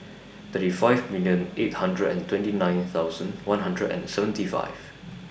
thirty five million eight hundred and twenty nine thousand one hundred and seventy five